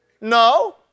No